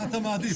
מה אתה מעדיף?